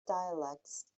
dialects